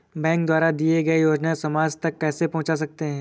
Bank द्वारा दिए गए योजनाएँ समाज तक कैसे पहुँच सकते हैं?